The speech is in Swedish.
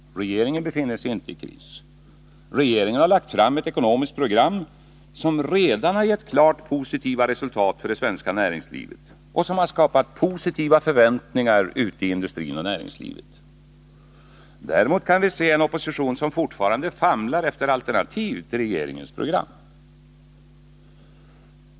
Regeringen befinner sig inte i kris. Regeringen har lagt fram ett ekonomiskt program, som redan har gett klart positiva resultat för det svenska näringslivet och som har skapat positiva förväntningar ute i industrin och näringslivet i övrigt. Däremot kan vi se en opposition som fortfarande famlar efter alternativ till regeringens program.